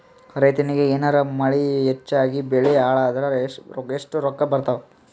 ರೈತನಿಗ ಏನಾರ ಮಳಿ ಹೆಚ್ಚಾಗಿಬೆಳಿ ಹಾಳಾದರ ಎಷ್ಟುರೊಕ್ಕಾ ಬರತ್ತಾವ?